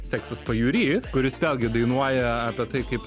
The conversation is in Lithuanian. seksas pajūry kuris vėlgi dainuoja apie tai kaip